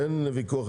אין על זה ויכוח,